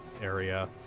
area